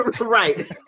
Right